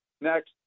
next